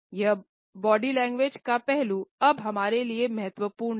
यह body language का पहलू अब हमारे लिए महत्वपूर्ण है